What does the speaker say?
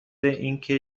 اینکه